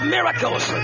Miracles